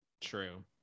true